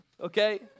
okay